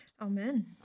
Amen